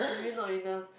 maybe not enough